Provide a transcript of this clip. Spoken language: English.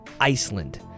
iceland